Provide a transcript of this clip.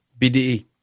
BDE